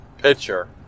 picture